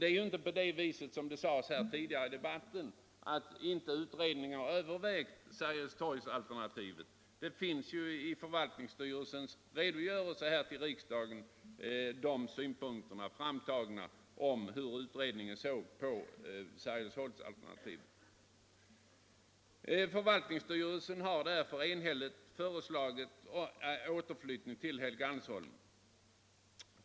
Det är inte så som det tidigare har sagts i debatten, att utredningen inte har övervägt Sergelstorgsalternativet. I förvaltningsstyrelsens redogörelse till riksdagen finns synpunkter på hur utredningen såg på det alternativet. Förvaltningsstyrelsen har nu enhälligt föreslagit återflyttning till Helgeandsholmen.